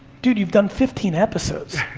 dude, you've done fifteen episodes.